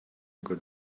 good